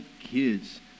kids